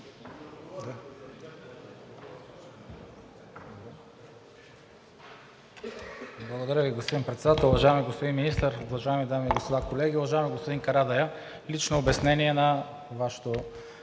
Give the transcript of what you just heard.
Благодаря Ви, господин Председател. Уважаеми господин Министър, уважаеми дами и господа колеги! Уважаеми господин Карадайъ, лично обяснение на Вашето